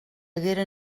haguera